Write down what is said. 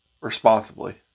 responsibly